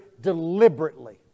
deliberately